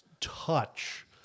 touch